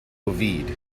ovid